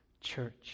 church